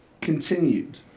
continued